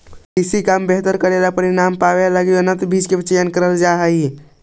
कृषि काम में बेहतर परिणाम पावे लगी उन्नत बीज के चयन करल जा हई